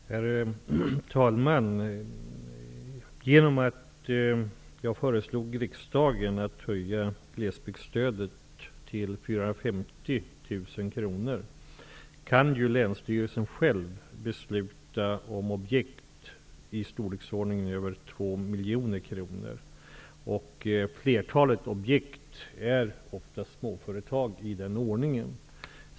Herr talman! Genom att jag föreslog riksdagen att höja glesbygdsstödet till 450 000 kr kan ju länsstyrelsen själv besluta om objekt i storleksordningen över 2 miljoner kronor. Flertalet objekt är ofta småföretag i den ordningen.